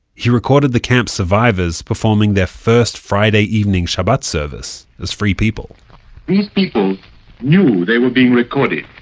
he recorded the camp's survivors performing their first friday evening shabbat service as free people these people knew they were being recorded.